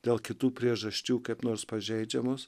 dėl kitų priežasčių kaip nors pažeidžiamos